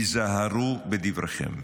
היזהרו בדבריכם.